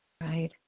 right